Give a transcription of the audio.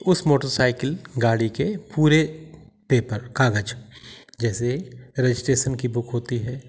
उस मोटरसाइकिल गाड़ी के पूरे पेपर कागज जैसे रेजिस्ट्रेशन की बुक होती है